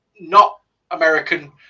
not-American